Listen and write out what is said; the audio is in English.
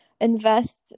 invest